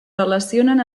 relacionen